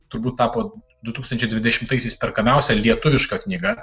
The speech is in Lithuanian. turbūt tapo du tūkstančiai dvidešimtaisiais perkamiausia lietuviška knyga